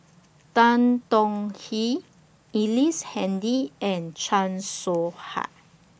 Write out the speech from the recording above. Tan Tong Hye Ellice Handy and Chan Soh Ha